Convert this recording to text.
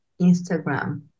Instagram